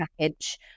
package